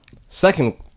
Second